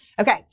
Okay